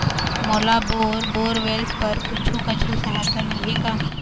मोला bore borewells बर कुछू कछु सहायता मिलही का?